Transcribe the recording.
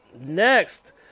Next